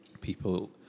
people